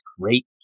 great